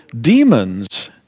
demons